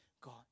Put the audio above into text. God